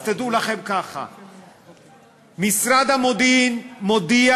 אז תדעו לכם ככה: 1. משרד המודיעין מודיע